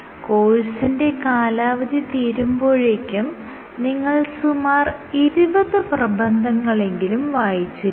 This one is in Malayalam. കോഴ്സിന്റെ കാലാവധി തീരുമ്പോഴേക്കും നിങ്ങൾ സുമാർ 20 പ്രബന്ധങ്ങളെങ്കിലും വായിച്ചിരിക്കണം